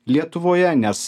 lietuvoje nes